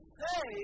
say